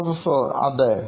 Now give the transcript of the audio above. Professor അതേ